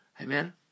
Amen